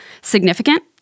significant